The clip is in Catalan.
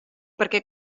perquè